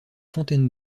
fontaines